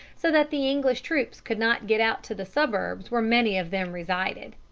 so that the english troops could not get out to the suburbs where many of them resided.